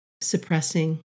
suppressing